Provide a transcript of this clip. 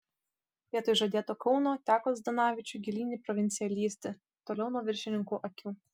vietoj žadėto kauno teko zdanavičiui gilyn į provinciją lįsti toliau nuo viršininkų akių